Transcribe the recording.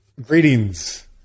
Greetings